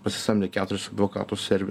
pasisamdę keturis advokatus serbi